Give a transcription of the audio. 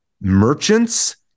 merchants